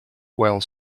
while